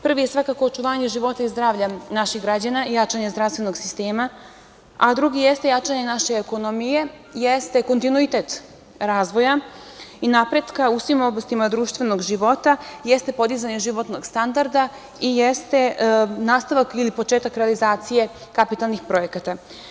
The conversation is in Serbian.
Prvi je svakako očuvanje života i zdravlja naših građana, jačanje zdravstvenog sistema, a drugi jeste jačanje naše ekonomije, jeste kontinuitet razvoja i napretka u svim oblastima društvenog života, jeste podizanje životnog standarda i jeste nastavak ili početak realizacije kapitalnih projekata.